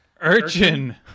Urchin